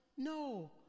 No